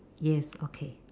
yes okay